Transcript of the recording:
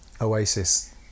Oasis